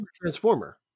transformer